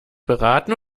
beraten